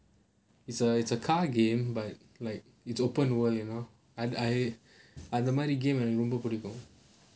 it's a it's a car game but like it's open world you know and I அந்த மாதிரி:antha maathiri game எனக்கு ரொம்ப புடிக்கும்:enakku romba pudikum